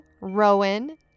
Rowan